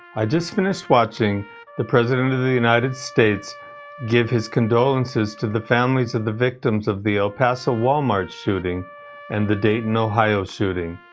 i just finished watching the president of the united states give his condolences to the families of the victims of the el paso wal-mart shooting and the dayton ohio shooting.